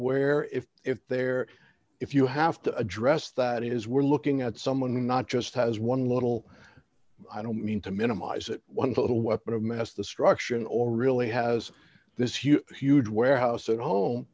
where if if there if you have to address that is we're looking at someone not just has one little i don't mean to minimize one but a weapon of mass destruction or really has this huge huge warehouse at home